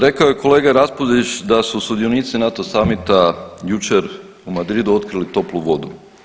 Rekao je kolega Raspudić da su sudionici NATO summita jučer u Madridu otkrili toplu vodu.